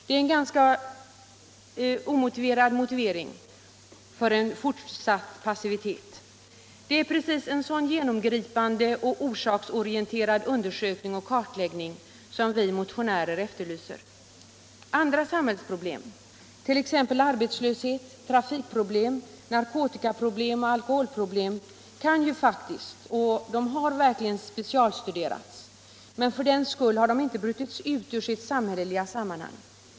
Det är en ganska obepgriplig motivering för en fortsatt passivitet. Det är precis en sådan genomgripande och orsaksorienterad undersökning och kartläggning som vi motionärer efterlyser. Andra samhällsproblem, t.ex. arbetslöshet. trafikproblem, narkotikaproblem och alkoholproblem, kan ju faktiskt och har verkligen specialstuderats men har för den skull inte brutits ut ur sitt samhälleliga sammanhang.